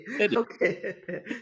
Okay